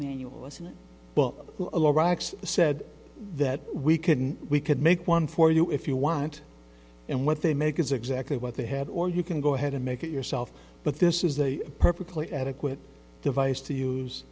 manual isn't it well said that we couldn't we could make one for you if you want and what they make is exactly what they had or you can go ahead and make it yourself but this is a perfectly adequate device to use